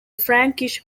frankish